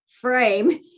frame